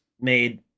made